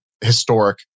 historic